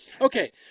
Okay